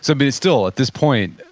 so but still, at this point,